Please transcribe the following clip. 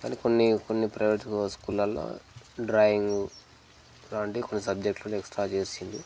కానీ కొన్ని కొన్ని ప్రైవేట్ స్కూళ్లలో డ్రాయింగ్ లాంటి కొన్ని సబ్జెక్ట్లు ఎక్స్ట్రా చేసిండు